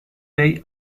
they